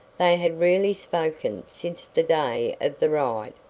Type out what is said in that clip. they had rarely spoken since the day of the ride,